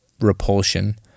repulsion